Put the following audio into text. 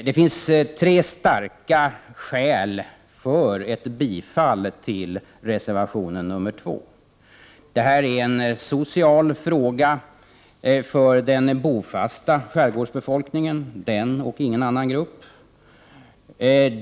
Det finns tre starka skäl för ett bifall till reservation 2. Detta är en social fråga för den bofasta skärgådsbefolkningen — den och ingen annan grupp.